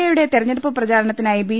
എയുടെ തെരഞ്ഞെടുപ്പ് പ്രചാരണത്തിനായി ബി